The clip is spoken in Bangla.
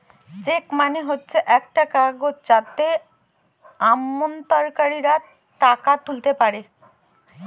চেক মানে হচ্ছে একটা কাগজ যাতে আমানতকারীরা টাকা তুলতে পারে